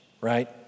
right